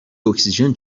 اکسیژن